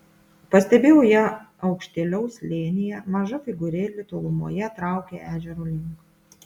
pastebėjau ją aukštėliau slėnyje maža figūrėlė tolumoje traukė ežero link